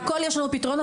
להכול יש לנו פתרונות,